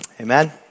Amen